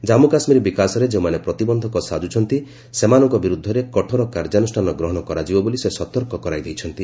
ଜାନ୍ଧ କାଶ୍ୱୀର ବିକାଶରେ ଯେଉଁମାନେ ପ୍ରତିବନ୍ଧକ ସାକୁଛନ୍ତି ସେମାନଙ୍କ ବିରୁଦ୍ଧରେ କଠୋର କାର୍ଯ୍ୟାନୁଷ୍ଠାନ ଗ୍ରହଣ କରାଯିବ ବୋଲି ସେ ସତର୍କ କରାଇ ଦେଇଛନ୍ତି